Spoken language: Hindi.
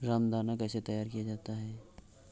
रामदाना कैसे तैयार किया जाता है?